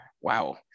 Wow